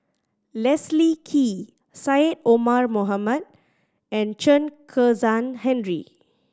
Leslie Kee Syed Omar Mohamed and Chen Kezhan Henri